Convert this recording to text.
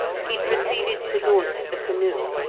he proceeded to launch the canoe,